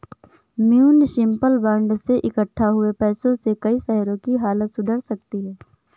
municipal bond से इक्कठा हुए पैसों से कई शहरों की हालत सुधर सकती है